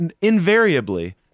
invariably